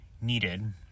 needed